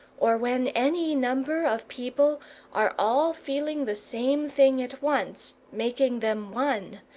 or when any number of people are all feeling the same thing at once, making them one,